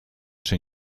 czy